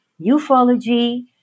ufology